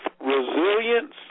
resilience